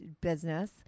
business